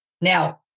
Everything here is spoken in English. Now